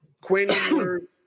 Quinn